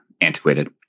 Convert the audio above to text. antiquated